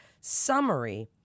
summary